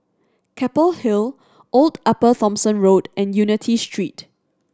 Keppel Hill Old Upper Thomson Road and Unity Street